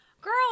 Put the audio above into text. girl